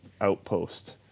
outpost